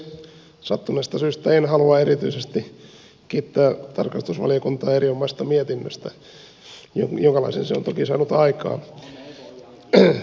sattuneesta syystä en halua erityisesti kiittää tarkastusvaliokuntaa erinomaisesta mietinnöstä jonkalaisen se on toki saanut aikaan